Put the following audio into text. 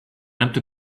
empty